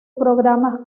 programas